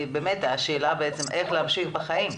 השאלה בעצם איך להמשיך בחיים,